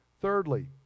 Thirdly